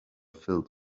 filled